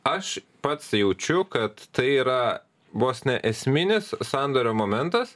aš pats jaučiu kad tai yra vos ne esminis sandorio momentas